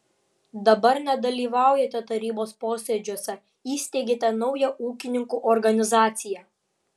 dabar nedalyvaujate tarybos posėdžiuose įsteigėte naują ūkininkų organizaciją